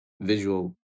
visual